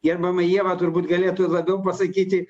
gerbiama ieva turbūt galėtų labiau pasakyti